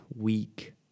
week